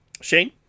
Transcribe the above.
Shane